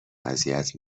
اذیت